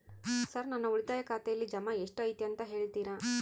Sir ನನ್ನ ಉಳಿತಾಯ ಖಾತೆಯಲ್ಲಿ ಜಮಾ ಎಷ್ಟು ಐತಿ ಅಂತ ಹೇಳ್ತೇರಾ?